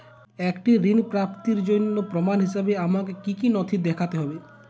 একটি ঋণ প্রাপ্তির জন্য প্রমাণ হিসাবে আমাকে কী কী নথি দেখাতে হবে?